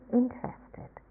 interested